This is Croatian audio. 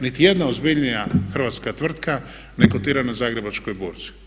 Niti jedna ozbiljnija hrvatska tvrtka ne kotira na Zagrebačkoj burzi.